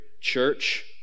church